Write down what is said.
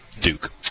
Duke